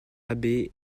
abbé